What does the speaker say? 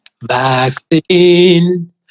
Vaccine